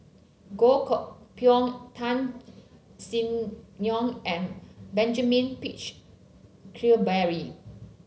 Goh Koh Pui Tan Sin Aun and Benjamin Peach Keasberry